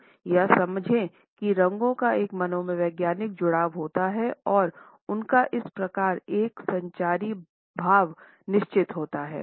हम यह समझें कि रंगों का एक मनोवैज्ञानिक जुड़ाव होता है और उनका इस प्रकार एक संचारी भाव निश्चित होता है